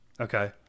Okay